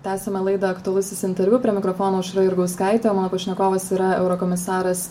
tęsiame laidą aktualusis interviu prie mikrofono aušra jurgauskaitė mano pašnekovas yra eurokomisaras